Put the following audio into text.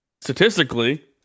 statistically